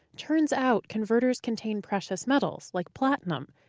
turns out converters contain precious metals, like platinum.